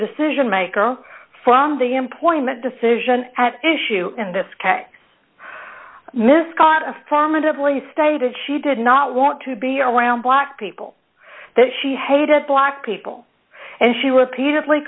decision maker from the employment decision at issue in this case miss scott affirmatively stated she did not want to be around black people that she hated black people and she repeatedly